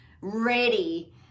ready